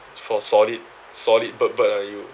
for solid solid bird bird ah you